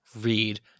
read